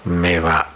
meva